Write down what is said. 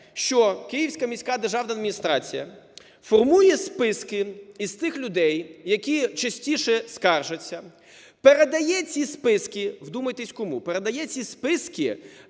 що Київська міська державна адміністрація формує списки із тих людей, які частіше скаржаться, передає ці списки, вдумайтесь, кому передає ці списки: